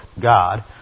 God